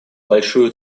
большую